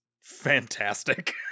fantastic